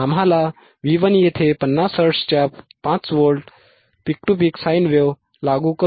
आम्ही V1 येथे 50 हर्ट्झच्या 5 volt peak to peak sine wave लागू करू